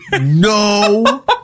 No